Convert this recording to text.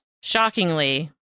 Shockingly